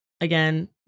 again